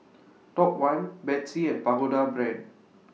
Top one Betsy and Pagoda Brand